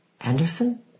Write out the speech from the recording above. Anderson